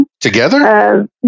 Together